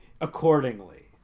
accordingly